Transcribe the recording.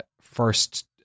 first